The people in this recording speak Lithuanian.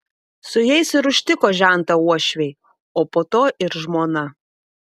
su jais ir užtiko žentą uošviai o po to ir žmona